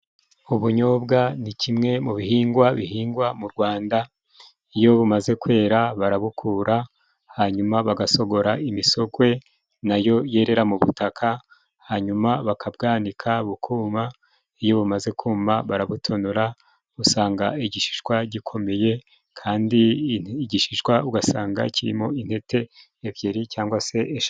Ubunyobwa ni kimwe mu bihingwa bihingwa mu Rwanda, iyo bumaze kwera barabukura hanyuma bagasogora imisogwe nayo yerera mu butaka, hanyuma bakabwanika bukuma, iyo bumaze kuma barabutonora, usanga igishishwa gikomeye kandi igishishwa ugasanga kirimo intete ebyiri cyangwa se ishatu.